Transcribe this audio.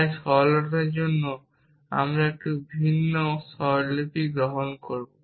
তাই সরলতার জন্য আমরা একটু ভিন্ন স্বরলিপি গ্রহণ করব